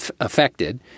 affected